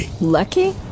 Lucky